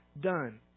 done